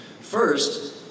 First